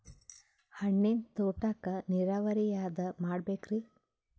ಹಣ್ಣಿನ್ ತೋಟಕ್ಕ ನೀರಾವರಿ ಯಾದ ಮಾಡಬೇಕ್ರಿ?